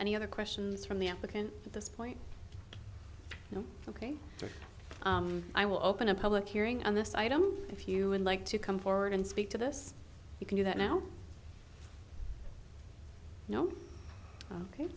any other questions from the applicant at this point you know ok i will open a public hearing on this item if you would like to come forward and speak to this you can do that now